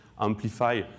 amplify